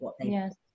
Yes